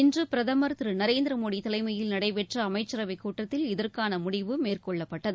இன்று பிரதமர் திரு நர்நதிரமோடி தலைமையில் நடைபெற்ற அமைச்சரவைக்கூட்டத்தில் இதற்கான முடிவு மேற்கொள்ளப்பட்டது